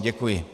Děkuji.